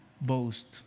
boast